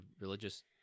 religious